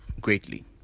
greatly